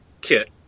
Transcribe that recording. kit